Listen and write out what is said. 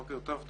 בוקר טוב.